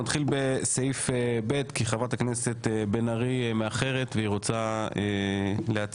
נתחיל בסעיף ב' כי חברת הכנסת בן ארי מאחרת והיא רוצה להציג.